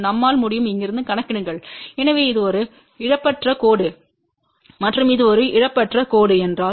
நம்மால் முடியும் இங்கிருந்து கணக்கிடுங்கள் எனவே இது ஒரு இழப்பற்ற கோடு மற்றும் இது ஒரு இழப்பற்ற கோடு என்றால்